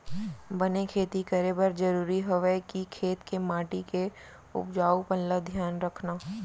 बने खेती करे बर जरूरी हवय कि खेत के माटी के उपजाऊपन ल धियान रखना